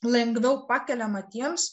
lengviau pakeliamą tiems